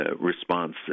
response